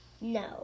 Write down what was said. No